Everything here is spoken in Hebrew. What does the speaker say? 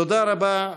תודה רבה.